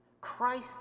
Christ